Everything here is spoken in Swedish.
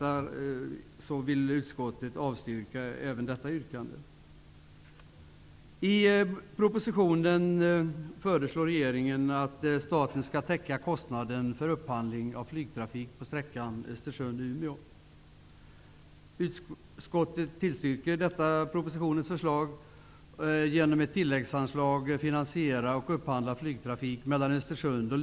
Av den anledningen vill utskottet avstyrka även detta yrkande.